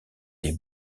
des